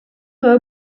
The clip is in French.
doit